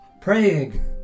praying